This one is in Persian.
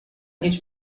هیچ